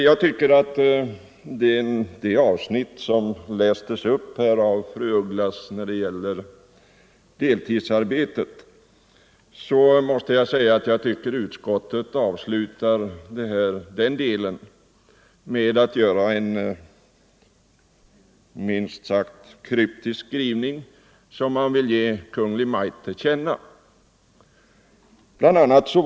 När det gäller det avsnitt som lästes upp här av fru af Ugglas om deltidsarbetet måste jag säga att jag tycker att utskottet avslutar den delen med att göra en minst sagt kryptisk skrivning som man vill ge Kungl. Maj:t till känna. Bl.